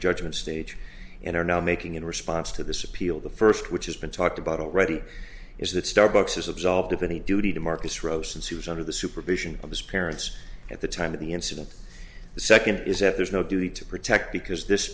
judgment stage and are now making in response to this appeal the first which has been talked about already is that starbucks is absolved of any duty to marcus rowe since he was under the supervision of his parents at the time of the incident the second is that there's no duty to protect because this